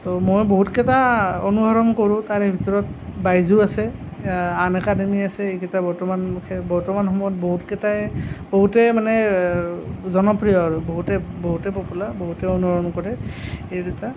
তো মই বহুত কেইটা অনুসৰণ কৰোঁ তাৰে ভিতৰত বাইজুচ আছে আনএকাডেমি আছে এইকেইটা বৰ্তমান বৰ্তমান সময়ত বহুতকেইটাই বহুতেই মানে জনপ্ৰিয় আৰু বহুতেই বহুতেই পপুলাৰ বহুতেই অনুসৰণ কৰে এই দুটা